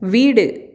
வீடு